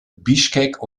bischkek